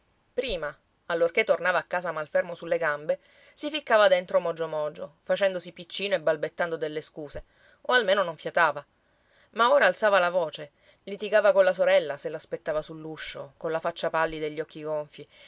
prima allorché tornava a casa malfermo sulle gambe si ficcava dentro mogio mogio facendosi piccino e balbettando delle scuse o almeno non fiatava ma ora alzava la voce litigava colla sorella se l'aspettava sull'uscio colla faccia pallida e gli occhi gonfi